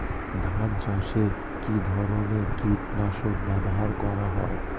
ধান চাষে কী ধরনের কীট নাশক ব্যাবহার করা হয়?